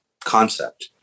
concept